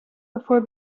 before